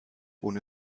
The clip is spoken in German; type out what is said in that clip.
ohne